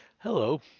Hello